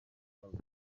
yabuze